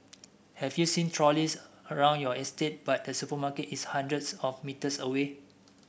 have you seen trolleys around your estate but the supermarket is hundreds of metres away